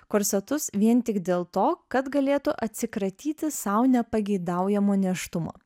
korsetus vien tik dėl to kad galėtų atsikratyti sau nepageidaujamo nėštumo